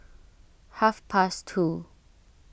half past two